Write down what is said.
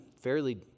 fairly